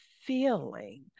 feeling